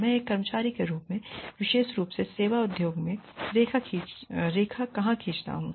मैं एक कर्मचारी के रूप में विशेष रूप से सेवा उद्योग में रेखा कहां खींचता हूं